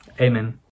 Amen